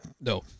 no